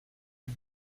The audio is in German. die